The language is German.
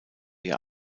ihr